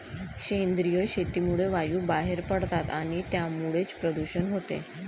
सेंद्रिय शेतीमुळे वायू बाहेर पडतात आणि त्यामुळेच प्रदूषण होते